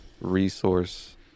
resource